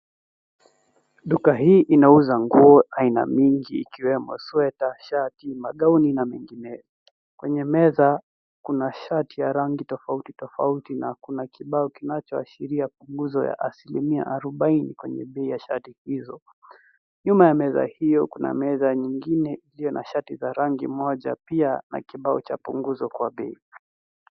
Duka hii inauza nguo aina miingi ikiwemo, masweta, shati, magauni na mengineo. Kwenye meza, kuna shati ya rangi tofauti tofauti na kuna kibao kinachoashiria punguzo ya asilimia arobaini kwenye bei ya shati hizo. Nyuma ya meza hiyo, kuna meza nyingine iliyo na shati za rangi moja pia, na kibao cha punguzo kwa bei.